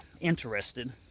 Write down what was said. interested